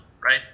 right